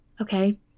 Okay